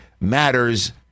matters